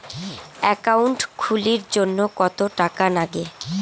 Account খুলির জন্যে কত টাকা নাগে?